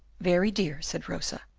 very dear, said rosa,